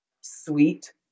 sweet